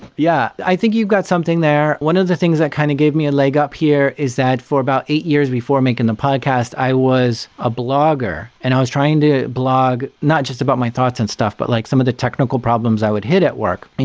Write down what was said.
yeah. i think you've got something there. one of the things that kind of gave me a leg up here is that for about eight years before making the podcast, i was a blogger and i was trying to blog not just about my thoughts and stuff, but like some of the technical problems i would hit at work.